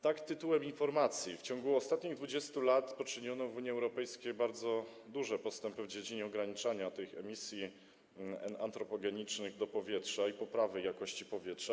Tak tytułem informacji: w ciągu ostatnich 20 lat poczyniono w Unii Europejskiej bardzo duże postępy w dziedzinie ograniczenia emisji antropogenicznych do powietrza i poprawy jakości powietrza.